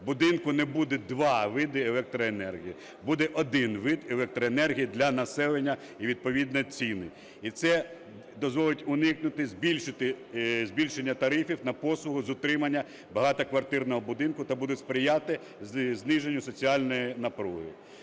будинку не буде два види електроенергії. Буде один вид електроенергії для населення і відповідно ціни. І це дозволить уникнути збільшення тарифів на послугу з утримання багатоквартирного будинку та буде сприяти зниженню соціальної напруги.